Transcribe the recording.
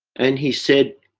and he said,